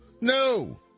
No